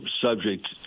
subject